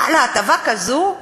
ואללה, הטבה כזו...